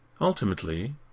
Ultimately